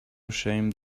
ashamed